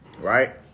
Right